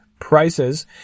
prices